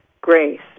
grace